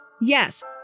yes